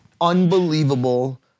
unbelievable